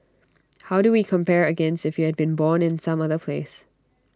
how do we compare against if you had been born in some other place